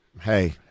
Hey